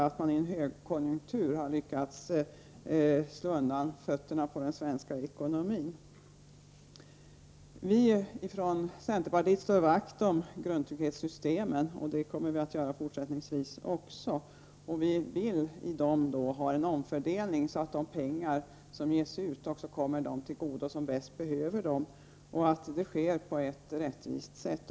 Hur har man i en högkonjunktur lyckats slå undan fötterna på den svenska ekonomin? Vi i centerpartiet slår vakt om grundtrygghetssystemen. Det kommer vi att göra fortsättningsvis också. Vi vill i dem ha en omfördelning så att de pengar som ges ut också kommer dem till godo som bäst behöver dem och att det sker på ett rättvist sätt.